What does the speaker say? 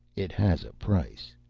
it has a price.